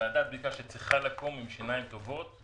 ועדת הבדיקה צריכה לקום עם שיניים טובות.